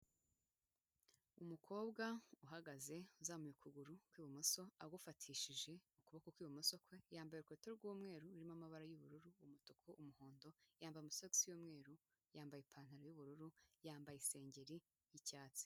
Umukobwa uhagaze azamuye ukuguru kw'ibumoso agufatishije ukuboko kw'ibumoso, yambaye urukweto rw'umweru rurimo amabara y'ubururu, umutuku, umuhondo, yambaye amasogisi y'umweru, yambaye ipantaro y'ubururu, yambaye isengeri y'icyatsi.